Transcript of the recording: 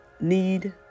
need